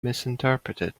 misinterpreted